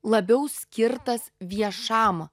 labiau skirtas viešam